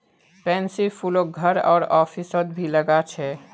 पैन्सीर फूलक घर आर ऑफिसत भी लगा छे